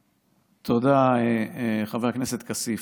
תודה, חבר הכנסת כסיף.